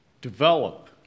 develop